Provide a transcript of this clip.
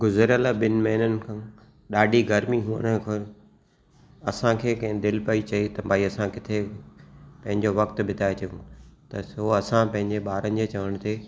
गुज़िरियल ॿिनि महिननि खां ॾाढी गरमी हुअण खां असांखे के दिलि पई चए त भई असां किथे पंहिंजो वक़्तु बिताए अचूं त असां पंहिंजे ॿारनि जे चवण ते